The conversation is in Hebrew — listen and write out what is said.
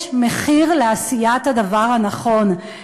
יש מחיר לעשיית הדבר הנכון,